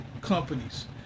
companies